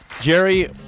jerry